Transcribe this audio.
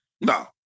no